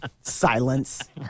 Silence